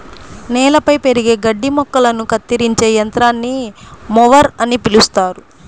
నేలపై పెరిగే గడ్డి మొక్కలను కత్తిరించే యంత్రాన్ని మొవర్ అని పిలుస్తారు